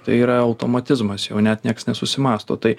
tai yra automatizmas jau net nieks nesusimąsto tai